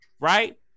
right